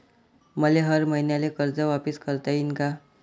मले हर मईन्याले कर्ज वापिस करता येईन का?